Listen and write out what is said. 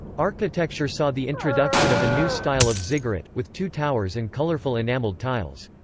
architecture saw the introduction of a new style of ziggurat, with two towers and colorful enameled tiles.